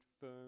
firm